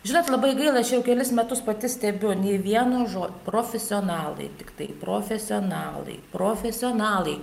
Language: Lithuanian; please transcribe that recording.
žinot labai gaila aš jau kelis metus pati stebiu nė vienu žodžiu profesionalai tiktai profesionalai profesionalai